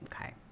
Okay